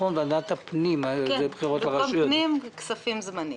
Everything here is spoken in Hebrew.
כן, במקום פנים, כספים זמנית.